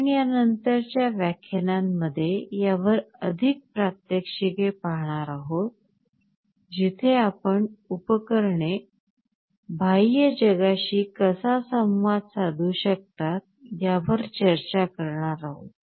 आपण या नंतरच्या व्याख्यानांमध्ये यावर अधिक प्रात्यक्षिके पाहणार आहोत जिथे आपण उपकरणे बाह्य जगाशी कसा संवाद साधू शकतात यावर चर्चा करणार आहोत